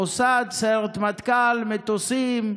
המוסד, סיירת מטכ"ל, מטוסים,